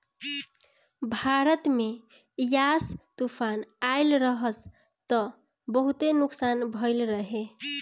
भारत में यास तूफ़ान अइलस त बहुते नुकसान भइल रहे